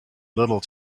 little